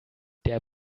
der